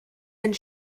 and